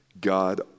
God